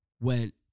went